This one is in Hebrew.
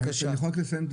פשוט אסור לתת שנה,